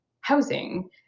housing